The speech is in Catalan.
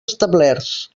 establerts